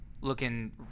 looking